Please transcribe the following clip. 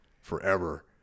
forever